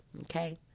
okay